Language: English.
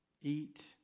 Eat